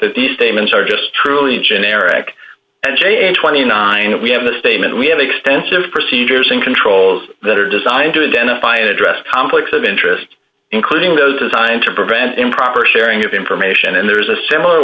that these statements are just truly generic and jay in twenty nine we have a statement we have extensive procedures and controls that are designed to identify and address conflicts of interest including those designed to prevent improper sharing of information and there is a similar